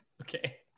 okay